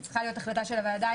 זאת צריכה להיות החלטה של הוועדה.